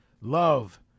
love